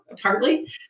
partly